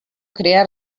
crear